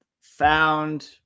found